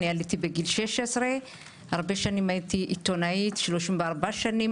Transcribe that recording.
עליתי בגיל 16. 34 שנים